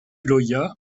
loyat